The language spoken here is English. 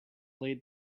late